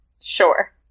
Sure